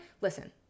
listen